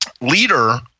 leader